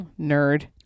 Nerd